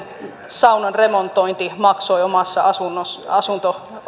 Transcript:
saunan remontointi maksoi omassa asunto